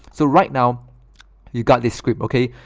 so right now you got this script okay,